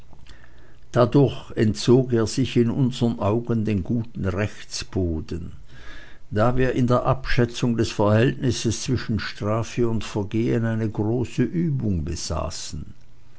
dadurch entzog er sich in unsern augen den guten rechtsboden da wir in der abschätzung des verhältnisses zwischen strafe und vergehen eine große übung besaßen